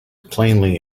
plainly